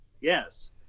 yes